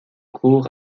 cours